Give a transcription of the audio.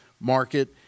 market